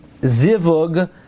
zivug